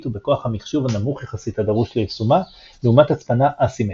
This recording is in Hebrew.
ובכוח המחשוב הנמוך יחסית הדרוש ליישומה לעומת הצפנה אסימטרית.